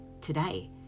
today